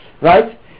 right